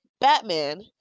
Batman